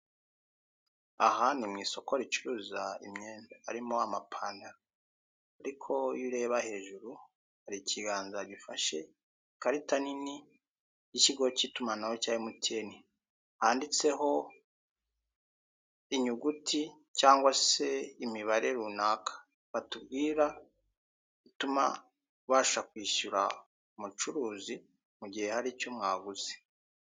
Aha ni mu isoko ricuruza imyenda harimo amapantalo ariko iyo ureba hejuru hari ikiganza gifashe ikarita nini y'ikigo cy'itumanaho cya MTN handitseho inyuguti cyangwa se imibare runaka, batubwira gutuma ubasha kwishyura umucuruzi mugihe hari icyo mwaguze.